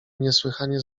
niesłychanie